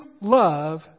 love